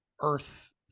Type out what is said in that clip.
Earth